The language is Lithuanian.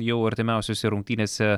jau artimiausiose rungtynėse